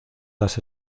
las